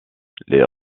les